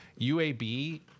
UAB